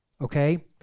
okay